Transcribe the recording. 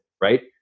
Right